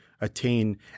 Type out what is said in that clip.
attain